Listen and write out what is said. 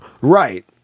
Right